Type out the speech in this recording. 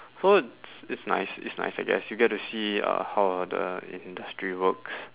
so it's it's nice it's nice I guess you get to see uh how the industry works